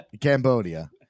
Cambodia